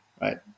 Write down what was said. right